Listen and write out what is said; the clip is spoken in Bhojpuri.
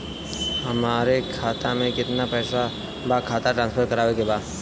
हमारे खाता में कितना पैसा बा खाता ट्रांसफर करावे के बा?